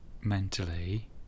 mentally